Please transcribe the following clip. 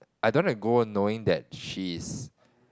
I don't want to go knowing that she's